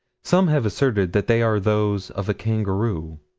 some have asserted that they are those of a kangaroo,